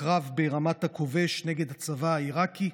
בקרב ברמת הכובש נגד הצבא העיראקי,